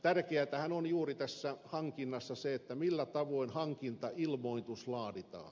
tärkeätähän on juuri tässä hankinnassa se millä tavoin hankintailmoitus laaditaan